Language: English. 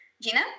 Gina